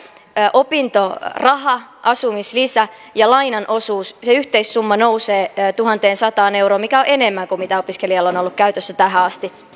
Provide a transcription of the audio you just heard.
opintoraha asumislisä ja lainan osuus se yhteissumma nousee tuhanteensataan euroon mikä on enemmän kuin mitä opiskelijalla on on ollut käytössä tähän asti